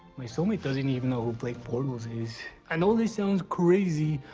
my soul mate doesn't even know blake bortles is. i know this sounds crazy,